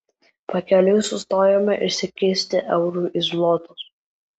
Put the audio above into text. pakeliui sustojome išsikeisti eurų į zlotus